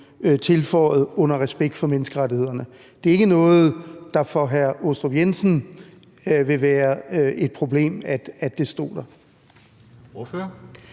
tilføjet: »under respekt for menneskerettighederne«, altså at det ikke er noget, der for hr. Michael Aastrup Jensen vil være et problem at der står? Kl.